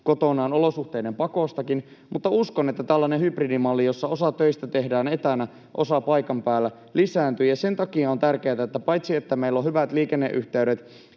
kotonaan olosuhteiden pakostakin, mutta uskon, että tällainen hybridimalli, jossa osa töistä tehdään etänä, osa paikan päällä, lisääntyy. Sen takia on tärkeätä paitsi se, että meillä on hyvät liikenneyhteydet